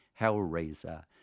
Hellraiser